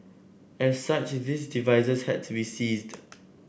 as such these devices had to be seized